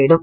തേടും